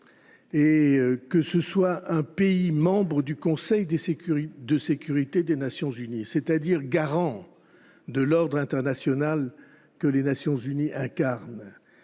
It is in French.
Que ce soit un pays membre du Conseil de sécurité des Nations unies, c’est à dire garant de l’ordre international que les Nations unies incarnent,